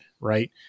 Right